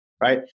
right